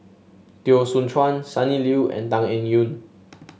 Teo Soon Chuan Sonny Liew and Tan Eng Yoon